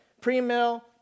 Pre-mill